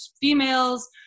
females